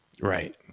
Right